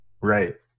right